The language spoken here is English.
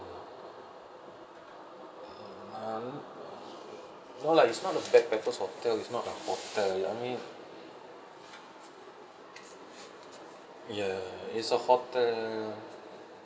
uh no lah it's not a backpackers hotel it's not a hotel I mean ya it's a hotel